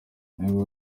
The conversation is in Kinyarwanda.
niwe